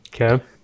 Okay